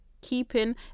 keeping